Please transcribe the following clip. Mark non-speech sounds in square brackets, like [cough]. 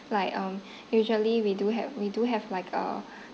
like um usually we do have we do have like a [breath]